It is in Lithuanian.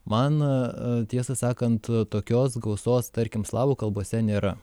man tiesą sakant tokios gausos tarkim slavų kalbose nėra